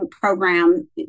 program